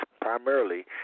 primarily